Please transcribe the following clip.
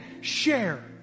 share